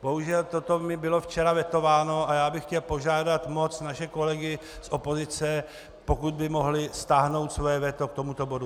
Bohužel toto mi bylo včera vetováno a já bych chtěl požádat moc naše kolegy z opozice, pokud by mohli stáhnout svoje veto k tomuto bodu.